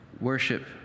worship